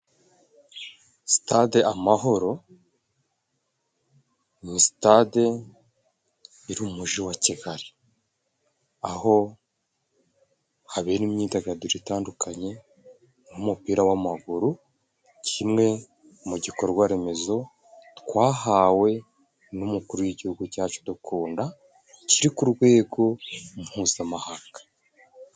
Sitade Amahoro ni sitade iri mu Muji wa Kigali, aho habera imyidagaduro itandukanye nk'umupira w'amaguru. Kimwe mu gikorwa remezo twahawe n'umukuru w'igihugu cyacu udukunda kiri ku rwego mpuzamahanga.